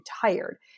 tired